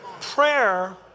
Prayer